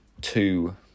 two